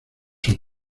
son